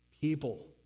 people